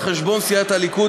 על חשבון סיעת הליכוד,